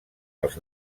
els